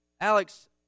Alex